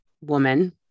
woman